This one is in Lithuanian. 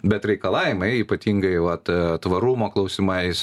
bet reikalavimai ypatingai vat tvarumo klausimais